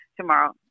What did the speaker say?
tomorrow